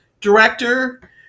director